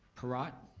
perrott.